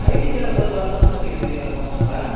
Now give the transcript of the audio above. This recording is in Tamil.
ஐடி கார்டை உங்களுக்கு பத்தரமாக வச்சுக்க தெரியாதாப்பா உன்னால்